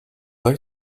like